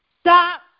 stop